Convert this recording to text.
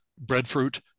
breadfruit